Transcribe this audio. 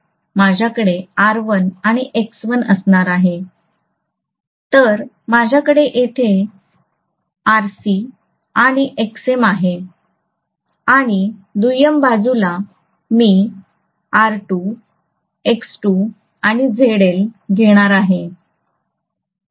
माझ्याकडे R1 आणि X1 असणार आहे तर माझ्याकडे येथे RC आणि Xm आहे आणि दुय्यम बाजूला मी R2 X2 आणि ZL 'घेणार आहे